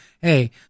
hey